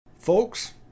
Folks